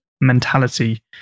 mentality